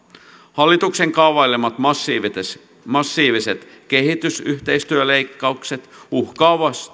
hallituksen kaavailemat massiiviset massiiviset kehitysyhteistyöleikkaukset uhkaavat